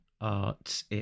art